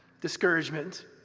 discouragement